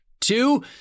two